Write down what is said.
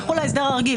יחול ההסדר הרגיל,